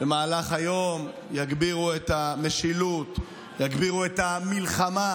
במהלך היום, יגבירו את המשילות, יגבירו את המלחמה